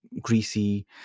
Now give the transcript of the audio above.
greasy